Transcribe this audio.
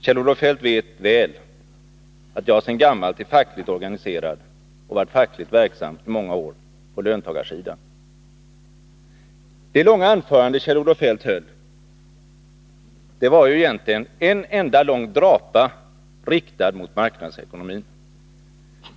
Kjell-Olof Feldt vet väl att jag sedan gammalt är fackligt organiserad och har varit fackligt verksam i många år på löntagarsidan. Det långa anförande som Kjell-Olof Feldt höll var egentligen en lång drapa riktad mot marknadsekonomin.